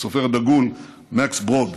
סופר דגול, מקס ברוד.